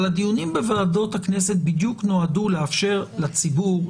אבל הדיונים בוועדות הכנסת בדיוק נועדו לאפשר לציבור,